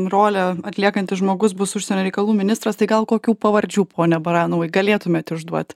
rolę atliekantis žmogus bus užsienio reikalų ministras tai gal kokių pavardžių pone baranovai galėtumėte išduot